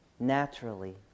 Naturally